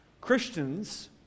Christians